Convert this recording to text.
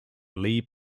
lee